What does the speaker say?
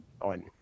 on